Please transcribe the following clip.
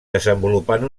desenvolupant